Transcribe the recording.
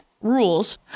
rules